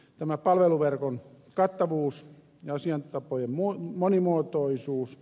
tämä palveluverkon kattavuus ja asiointitapojen monimuotoisuus